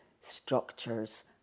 structures